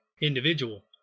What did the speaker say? individual